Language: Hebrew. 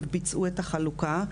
ביצעו את החלוקה,